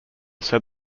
said